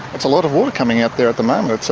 it's a lot of water coming out there at the moment, so